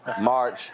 March